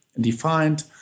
defined